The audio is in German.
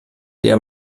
der